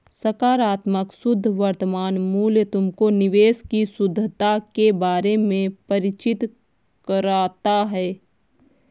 सकारात्मक शुद्ध वर्तमान मूल्य तुमको निवेश की शुद्धता के बारे में परिचित कराता है